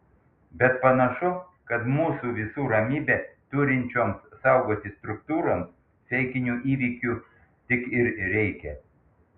bet panašu kad mūsų visų ramybę turinčioms saugoti struktūroms feikinių įvykių tik ir reikia